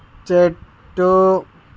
చెట్టు